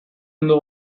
ondo